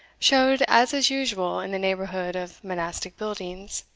showed, as is usual in the neighbourhood of monastic buildings,